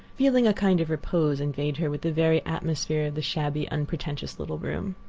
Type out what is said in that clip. feeling a kind of repose invade her with the very atmosphere of the shabby, unpretentious little room.